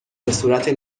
بهصورت